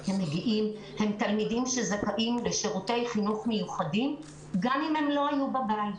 הם תלמידים שזכאים לשירותי חינוך מיוחדים גם אם הם לא היו בבית.